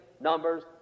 Numbers